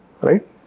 Right